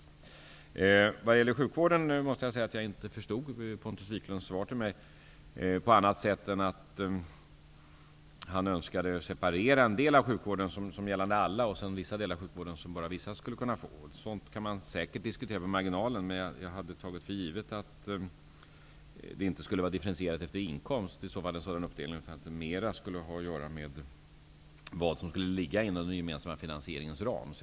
När det gäller sjukvården måste jag säga att jag inte förstod Pontus Wiklunds svar till mig på annat sätt än att han önskar separera en del av sjukvården som skall omfatta alla. Andra delar av sjukvården skulle bara vissa kunna få del av. Sådant kan säkert diskuteras i marginalen, men jag tar för givet att det systemet inte skulle var inkomstdifferentierat utan att det mera skulle handla om vad som skulle ligga inom den gemensamma finansieringens ram.